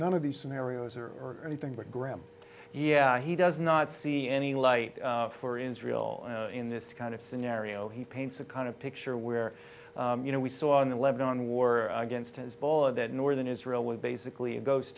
none of these scenarios are anything but graham yeah he does not see any light for israel in this kind of scenario he paints a kind of picture where you know we saw in the lebanon war against hezbollah that northern israel was basically a ghost